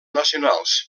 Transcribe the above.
nacionals